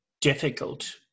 difficult